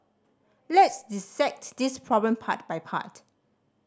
let's dissect this problem part by part